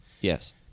Yes